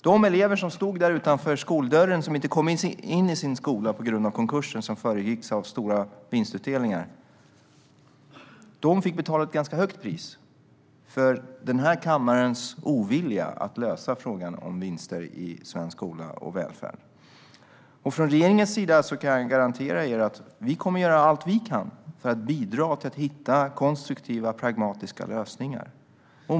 De elever som stod där utanför skoldörren och som inte kom in i sin skola på grund av konkursen, som föregicks av stora vinstutdelningar, fick betala ett ganska högt pris för denna kammares ovilja att lösa frågan om vinster i svensk skola och välfärd. Från regeringens sida kan jag garantera att vi kommer att göra allt vi kan för att bidra till att hitta konstruktiva, pragmatiska lösningar.